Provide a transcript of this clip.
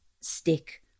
stick